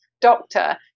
doctor